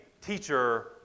teacher